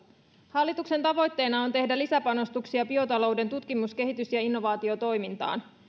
hallituksen tavoitteena on tehdä lisäpanostuksia biotalouden tutkimus kehitys ja innovaatiotoimintaan